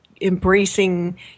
embracing